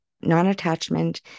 non-attachment